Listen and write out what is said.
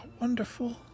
wonderful